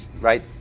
right